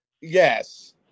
Yes